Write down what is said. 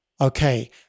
okay